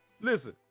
Listen